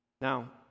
Now